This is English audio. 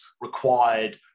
required